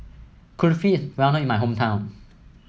Kulfi is well known in my hometown